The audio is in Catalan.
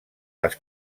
les